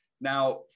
Now